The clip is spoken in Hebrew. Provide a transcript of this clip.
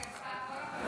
ההצעה להעביר את הצעת חוק